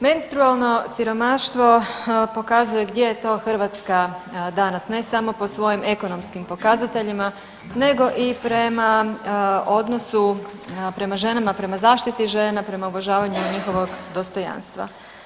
Menstrualno siromaštvo pokazuje gdje je to Hrvatska danas, ne samo po svojim ekonomskim pokazateljima nego i prema odnosu prema ženama, prema zaštiti žena, prema uvažavanju njihovog dostojanstva.